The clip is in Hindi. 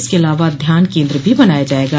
इसके अलावा ध्यान केन्द्र भी बनाया जायेगा